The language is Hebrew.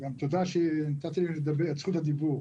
תודה שנתת לי את זכות הדיבור.